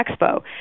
Expo